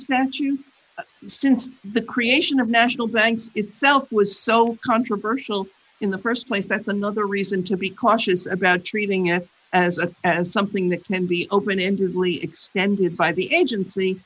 not you since the creation of national banks itself was so controversial in the st place that's another reason to be cautious about treating at as a as something that can be open ended re extended by the agency